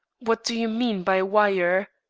what do you mean by wire?